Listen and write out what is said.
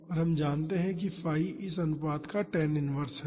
और हम जानते हैं कि 𝜙 इस अनुपात का tan inverse है